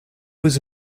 was